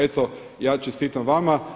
Eto ja čestitam vama.